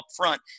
upfront